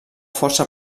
força